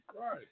Right